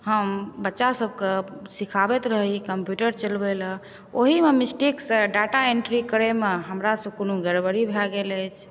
हम बच्चा सबके सिखाबैत रही कम्प्यूटर चलबैलए ओहिमे मिसटेकसँ डाटा एन्ट्री करैमे हमरासँ कोनो गड़बड़ी भऽ गेल अछि